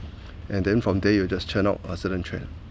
and then from there it will just churn out a certain trend